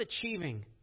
achieving